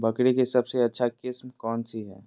बकरी के सबसे अच्छा किस्म कौन सी है?